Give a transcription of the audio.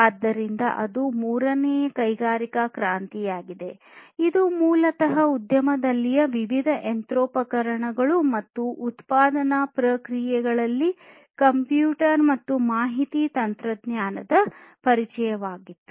ಆದ್ದರಿಂದ ಅದು ಮೂರನೆಯ ಕೈಗಾರಿಕಾ ಕ್ರಾಂತಿಯಾಗಿದೆ ಇದು ಮೂಲತಃ ಉದ್ಯಮದಲ್ಲಿನ ವಿವಿಧ ಯಂತ್ರೋಪಕರಣಗಳು ಮತ್ತು ಉತ್ಪಾದನಾ ಪ್ರಕ್ರಿಯೆಗಳಲ್ಲಿ ಕಂಪ್ಯೂಟರ್ ಮತ್ತು ಮಾಹಿತಿ ತಂತ್ರಜ್ಞಾನದ ಪರಿಚಯವಾಗಿತ್ತು